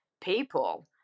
people